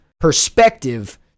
perspective